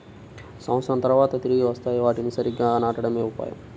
సంవత్సరం తర్వాత తిరిగి వస్తాయి, వాటిని సరిగ్గా నాటడమే ఉపాయం